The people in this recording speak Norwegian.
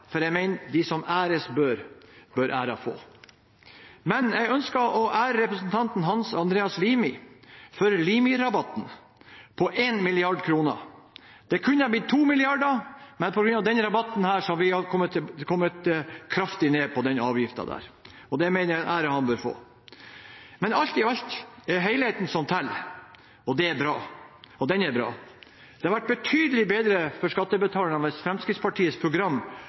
vil jeg ikke ta æren, for jeg mener at de som æres bør, bør æren få. Men jeg ønsker å ære representanten Hans Andreas Limi for Limi-rabatten på 1 mrd. kr. Det kunne ha blitt 2 mrd. kr, men på grunn av denne rabatten har vi kuttet kraftig ned på avgiften. Det er en ære han bør få. Men alt i alt er det helheten som teller, og den er bra. Det hadde vært betydelig bedre for skattebetalerne hvis Fremskrittspartiets program